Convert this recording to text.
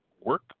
work